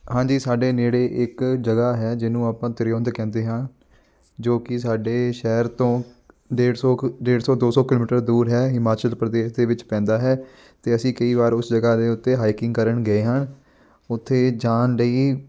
ਹਾਂਜੀ ਸਾਡੇ ਨੇੜੇ ਇੱਕ ਜਗ੍ਹਾ ਹੈ ਜਿਹਨੂੰ ਆਪਾਂ ਤਰਿਉਂਦ ਕਹਿੰਦੇ ਹਾਂ ਜੋ ਕਿ ਸਾਡੇ ਸ਼ਹਿਰ ਤੋਂ ਡੇਢ ਸੌ ਕੁ ਡੇਢ ਸੌ ਦੋ ਸੌ ਕਿਲੋਮੀਟਰ ਦੂਰ ਹੈ ਹਿਮਾਚਲ ਪ੍ਰਦੇਸ਼ ਦੇ ਵਿੱਚ ਪੈਂਦਾ ਹੈ ਅਤੇ ਅਸੀਂ ਕਈ ਵਾਰ ਉਸ ਜਗ੍ਹਾ ਦੇ ਉੱਤੇ ਹਾਈਕਿੰਗ ਕਰਨ ਗਏ ਹਾਂ ਉੱਥੇ ਜਾਣ ਲਈ